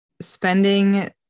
spending